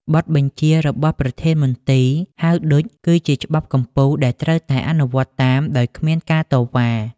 បទបញ្ជារបស់ប្រធានមន្ទីរ ហៅឌុច គឺជាច្បាប់កំពូលដែលត្រូវតែអនុវត្តតាមដោយគ្មានការតវ៉ា។